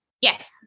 Yes